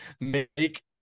Make